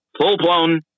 full-blown